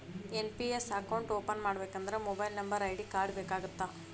NPS account open ಮಾಡಬೇಕಂದ್ರ mobile number ID card ಬೇಕಾಗತ್ತಾ?